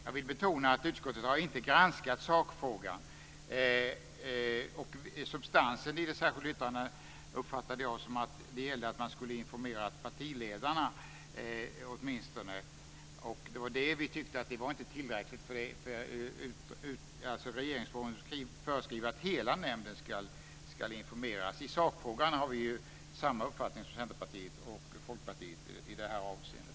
Jag vill betona att utskottet inte har granskat sakfrågan. Substansen i det särskilda yttrandet uppfattade jag gällde att man åtminstone skulle ha informerat partiledarna. Det var det vi tyckte inte var tillräckligt. Regeringsformen föreskriver att hela nämnden ska informeras. I sakfrågan har vi samma uppfattning som Centerpartiet och Folkpartiet i det här avseendet.